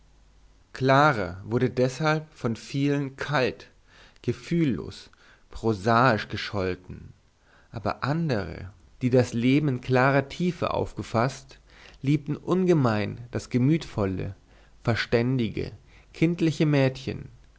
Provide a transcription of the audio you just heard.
clara wurde deshalb von vielen kalt gefühllos prosaisch gescholten aber andere die das leben in klarer tiefe aufgefaßt liebten ungemein das gemütvolle verständige kindliche mädchen